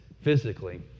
physically